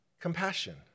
compassion